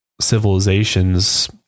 civilizations